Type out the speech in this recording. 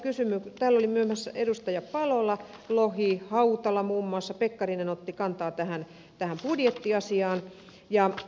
täällä olivat edustajat palola lohi hautala muun muassa pekkarinen otti kantaa tähän budjettiasiaan